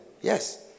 Yes